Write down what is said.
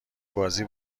بازی